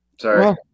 Sorry